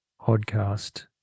podcast